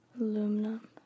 Aluminum